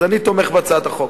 אז אני תומך בהצעת החוק.